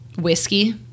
Whiskey